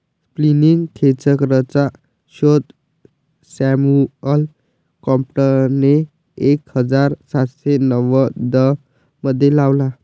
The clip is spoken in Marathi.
स्पिनिंग खेचरचा शोध सॅम्युअल क्रॉम्प्टनने एक हजार सातशे नव्वदमध्ये लावला